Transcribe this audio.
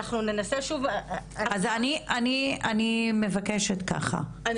אז אני מבקשת ככה, אני